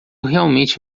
realmente